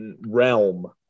realm